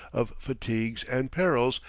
of fatigues and perils,